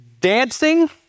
dancing